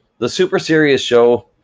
the super serious show,